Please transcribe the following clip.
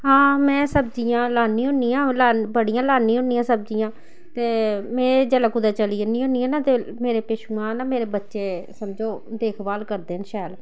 हां में सब्जियां लान्नी होन्नी आं बड़ियां लान्नी होन्नी आं सब्जियां ते में जेल्लै कुतै चली जन्नी होन्नी आं ना ते मेरे पिच्छुआं ना मेरे बच्चे समझो देखभाल करदे न शैल